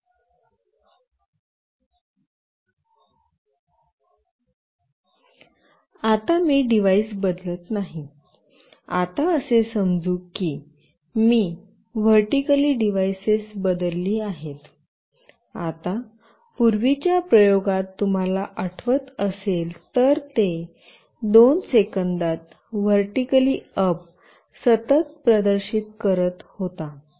आता असे समजू की मी व्हर्टीकली डिव्हाइसेस बदलली आहेत आता पूर्वीच्या प्रयोगात तुम्हाला आठवत असेल तर ते 2 सेकंदात व्हर्टीकली अप सतत प्रदर्शित करत होता